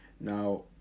now